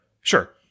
Sure